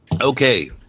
Okay